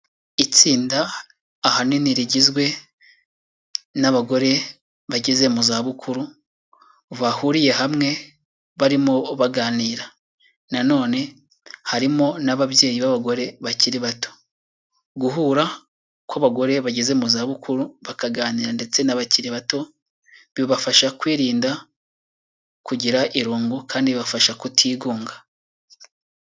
Itsinda ahanini rigizwe n abagore bageze mu zabukuru bahuriye hamwe barimo baganira nanone harimo n'ababyeyi b'abagore bakiri bato guhura kw'abagore bageze mu za bukuru bakaganira ndetse n'abakiri bato bibafasha kwirinda kugira irungu kandi bibafasha kutigunga.